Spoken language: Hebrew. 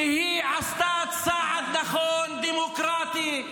שעשתה צעד נכון, דמוקרטי,